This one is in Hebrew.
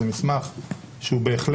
זה מסמך שבהחלט